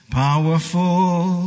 powerful